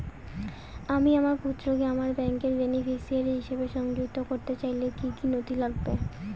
আমি আমার পুত্রকে আমার ব্যাংকের বেনিফিসিয়ারি হিসেবে সংযুক্ত করতে চাইলে কি কী নথি লাগবে?